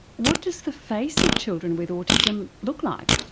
what does the face of children with autism look like?